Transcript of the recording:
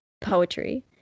poetry